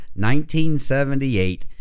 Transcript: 1978